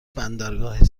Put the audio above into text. بندرگاه